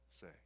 say